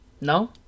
No